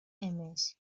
эмес